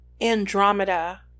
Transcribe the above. Andromeda